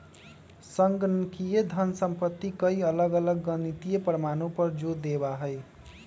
संगणकीय धन संपत्ति कई अलग अलग गणितीय प्रमाणों पर जो देवा हई